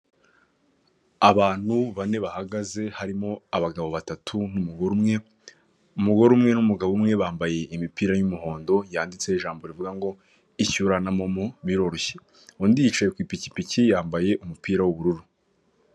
Abantu bane bahagaze, harimo abagabo batatu n'umugore umwe, umugore umwe n'umugabo umwe bambaye imipira y'umuhondo yanditseho ijambo rivuga ngo ishyura na momo biroroshye, undi yicaye ku ipikipiki yambaye umupira w'ubururu.